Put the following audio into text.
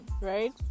Right